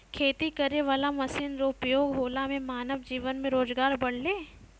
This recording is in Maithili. खेती करै वाला मशीन रो उपयोग होला से मानब जीवन मे रोजगार बड़लै